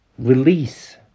Release